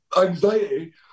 anxiety